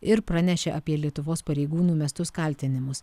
ir pranešė apie lietuvos pareigūnų mestus kaltinimus